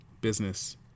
business